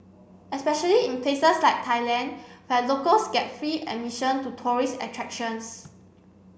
especially in places like Thailand where locals get free admission to tourist attractions